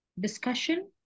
Discussion